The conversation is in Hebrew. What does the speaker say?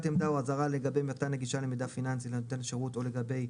עמדה או אזהרה לגבי מתן הגישה למידע פיננסי לנותן השירות או לגבי